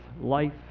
Life